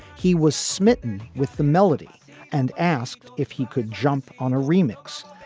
he was smitten with the melody and asked if he could jump on a remix.